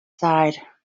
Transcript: side